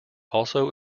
also